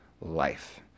life